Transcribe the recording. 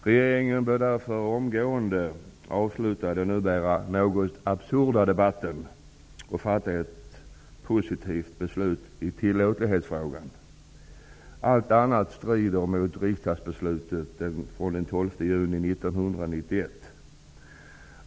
Regeringen bör därför omgående sluta den numera något absurda debatten och fatta ett positivt beslut i tillåtlighetsfrågan. Allt annan strider mot riksdagsbeslutet från den 12 juni 1991.